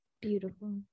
Beautiful